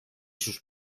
sus